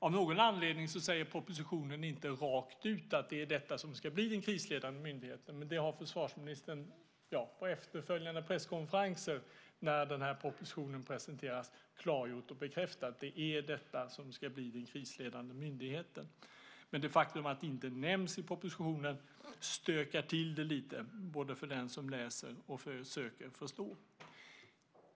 Av någon anledning sägs det inte rakt ut i propositionen att det är detta som ska bli den krisledande myndigheten, men det har försvarsministern på efterföljande presskonferenser när propositionen har presenterats klargjort och bekräftat. Det är detta som ska bli den krisledande myndigheten. Men det faktum att det inte nämns i propositionen stökar till det lite för den som läser och försöker förstå.